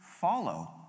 follow